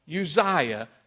Uzziah